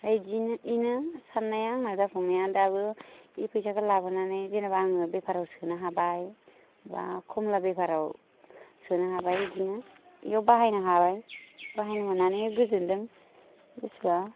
बिदिनो बेनो साननाया आंना जाफुंनाया दाबो बे फैसाखौ लाबोनानै जेनेबा आङो बेफारआव सोनो हाबाय बा कमला बेफारआव सोनो हाबाय बिदिनो बेयाव बाहायनो हाबाय बाहायनो मोननानै गोजोन्दों गोसोआ